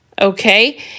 okay